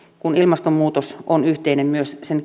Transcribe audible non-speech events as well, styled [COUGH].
kun ilmastonmuutos on yhteinen myös keinojen sen [UNINTELLIGIBLE]